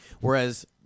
Whereas